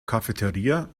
cafeteria